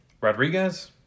Rodriguez